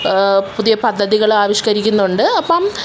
പുതിയ പദ്ധതികൾ ആവിഷ്കരിക്കുന്നുണ്ട് അപ്പോള്